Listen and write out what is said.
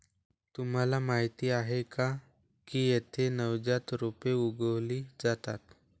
तुम्हाला माहीत आहे का की येथे नवजात रोपे उगवली जातात